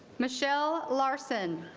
michelle larson.